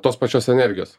tos pačios energijos